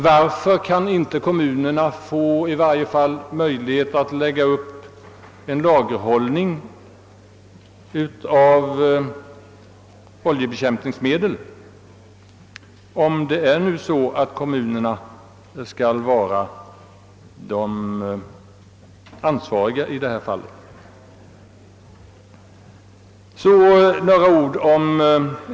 Varför kan inte kommunerna åtminstone få möjlighet att med statliga medel lägga upp ett lager av oljebekämpningsmedel, om de organisatoriskt skall vara ansvariga i detta sammanhang?